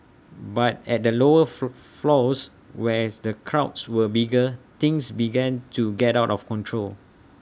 but at the lower fro floors where's the crowds were bigger things began to get out of control